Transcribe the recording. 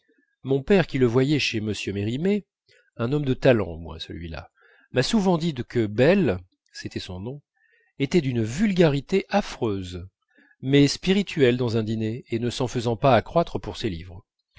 mon père qui le voyait chez m mérimée un homme de talent au moins celui-là m'a souvent dit que beyle c'était son nom était d'une vulgarité affreuse mais spirituel dans un dîner et ne s'en faisait pas accroire pour ses livres